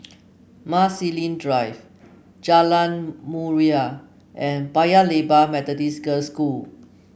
Marsiling Drive Jalan Murai and Paya Lebar Methodist Girls' School